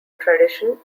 tradition